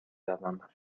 روم